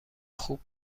خوب